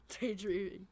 daydreaming